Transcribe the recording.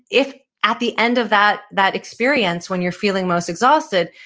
if at the end of that that experience, when you're feeling most exhausted,